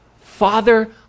Father